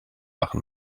machen